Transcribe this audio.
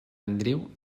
andreu